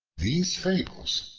these fables.